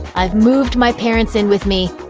i've moved my parents in with me,